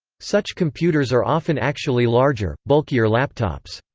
such computers are often actually larger, bulkier laptops.